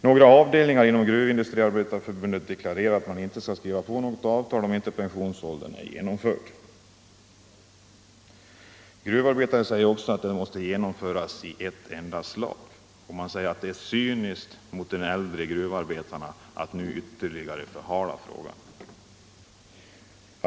Några avdelningar inom Gruvindustriarbetareförbundet deklarerar att de inte skall skriva på något avtal om inte sänkning av pensionsåldern är genomförd. Gruvarbetarna säger också att reformen måste genomföras i ett enda slag, och de säger att det är cyniskt mot de äldre gruvarbetarna att nu ytterligare förhala frågan.